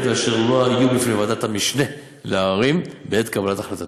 ואשר לא היו בפני ועדת המשנה לעררים בעת קבלת החלטתה,